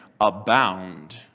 abound